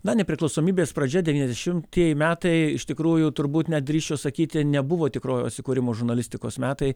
na nepriklausomybės pradžia devyniasdešimtieji metai iš tikrųjų turbūt net drįsčiau sakyti nebuvo tikrojo atsikūrimo žurnalistikos metai